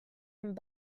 and